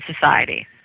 Society